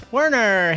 Werner